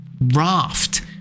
raft